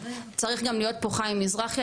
צריך גם להיות פה חיים מזרחי,